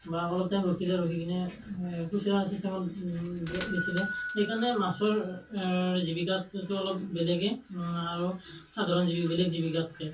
বা অলপ টাইম ৰখিলে ৰখি কিনে খুচৰা চিষ্টেমত বে বেচিলে সেইকাৰণে মাছৰ জীৱিকাটো অলপ বেলেগেই আৰু সাধাৰণ বেলেগ জীৱিকাতকৈ